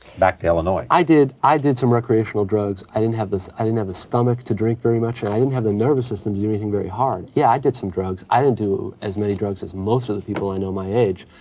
back to illinois. i did, i did some recreational drugs. i didn't have the, so i didn't have the stomach to drink very much and i didn't have the nervous system to do anything very hard. yeah, i did some drugs. i didn't do as many drugs as most of the people i know my age.